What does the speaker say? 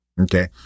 Okay